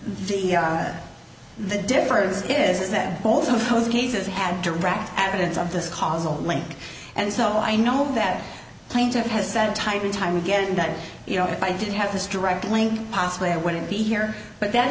the the the difference is that both of those cases had direct evidence of this causal link and so i know that plaintiff has said time and time again that you know if i didn't have this direct link possibly i wouldn't be here but that